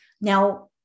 Now